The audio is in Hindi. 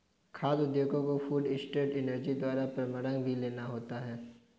खाद्य उद्योगों को फूड स्टैंडर्ड एजेंसी द्वारा प्रमाणन भी लेना होता है